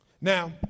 now